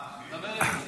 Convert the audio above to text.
אביחי,